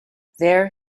there